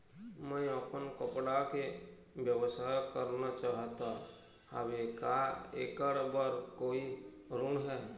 मैं अपन कपड़ा के व्यवसाय करना चाहत हावे का ऐकर बर कोई ऋण हे?